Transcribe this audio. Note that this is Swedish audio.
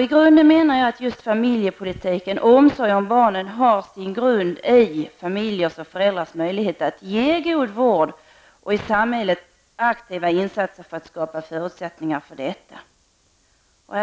I grunden menar jag att just familjepolitiken, omsorgen om barnen, har sin grund i familjers och föräldrars möjligheter att ge god vård och i aktiva insatser i samhället för att skapa förutsättningar för det.